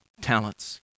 talents